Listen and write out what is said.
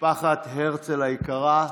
משפחת הרצל היקרה,